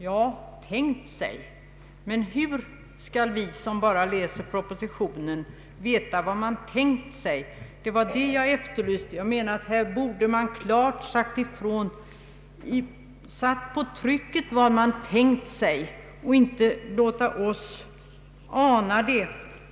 Ja, han sade: ”tänkt sig” men hur skall vi som bara läser propositionen veta vad man tänkt sig? Det var upplysning om detta jag efterlyste, jag menade att man borde klart sagt ifrån och satt på tryck vad man tänkt sig och inte lämnat oss att ana det.